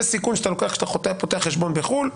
זה סיכון שאתה לוקח כשאת הפותח חשבון בחו"ל,